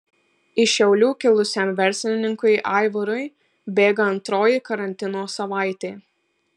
iš šiaulių kilusiam verslininkui aivarui bėga antroji karantino savaitė